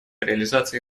реализации